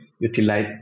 utilize